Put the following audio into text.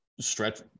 stretch